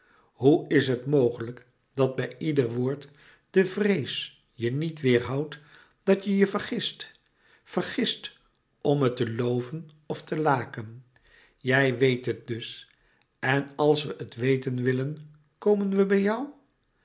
hoe is het mogelijk dat bij ieder woord de vrees je niet weêrhoudt dat je je vergist vergist om me te loven of te laken jij weet het dus en als we het weten willen komen we bij jou